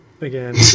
again